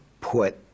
put